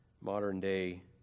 modern-day